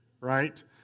right